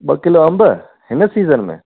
ॿ किलो अंब हिन सीजन में